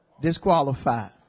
disqualified